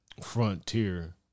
frontier